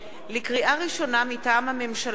לקריאה ראשונה, מטעם הממשלה: